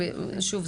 שוב,